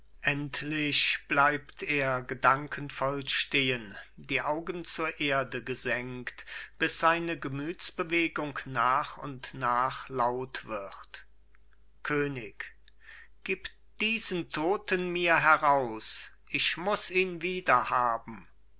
endlich bleibt er gedankenvoll stehen die augen zur erde gesenkt bis seine gemütsbewegung nach und nach laut wird könig gib diesen toten mir heraus ich muß ihn wiederhaben